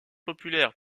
populaire